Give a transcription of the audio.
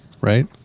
right